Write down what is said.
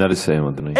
נא לסיים, אדוני.